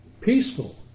Peaceful